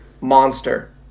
Monster